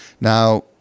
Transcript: Now